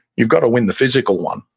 you've got to win the physical one.